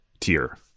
tier